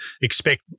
expect